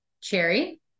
cherry